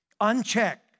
unchecked